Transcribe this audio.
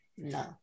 No